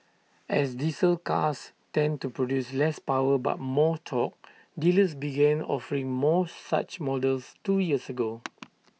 as diesel cars tend to produce less power but more tor dealers begin offering more such models two years ago